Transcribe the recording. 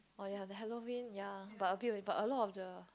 oh ya the Halloween ya but a bit only but a lot of the